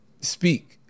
speak